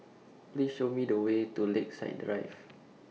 Please Show Me The Way to Lakeside Drive